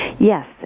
Yes